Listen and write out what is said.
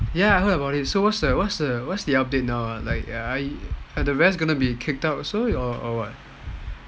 ya I heard about it so what's the update now are the rest going to be kicked out also or what